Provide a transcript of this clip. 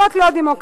זאת לא דמוקרטיה,